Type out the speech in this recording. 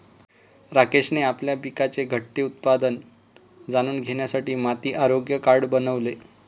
राकेशने आपल्या पिकाचे घटते उत्पादन जाणून घेण्यासाठी माती आरोग्य कार्ड बनवले